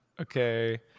okay